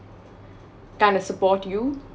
kind of support you